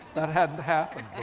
that hadn't happened